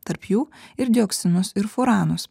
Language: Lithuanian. tarp jų ir dioksinus ir furanus